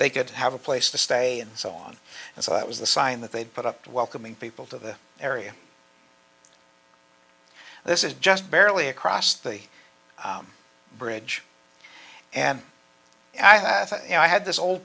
they could have a place to stay and so on and so it was the sign that they'd put up to welcoming people to the area this is just barely across the bridge and i had you know i had this old